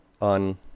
on